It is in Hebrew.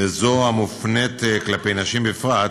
וזו המופנית כלפי נשים בפרט,